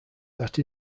that